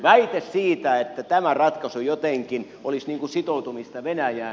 väite siitä että tämä ratkaisu jotenkin olisi sitoutumista venäjään